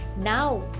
now